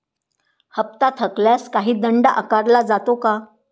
हप्ता थकल्यास काही दंड आकारला जातो का?